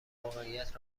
واقعیت